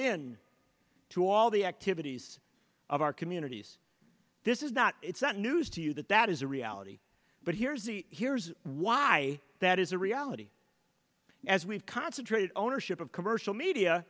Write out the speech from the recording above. in to all the activities of our communities this is not it's not news to you that that is a reality but here's the here's why that is a reality as we've concentrated ownership of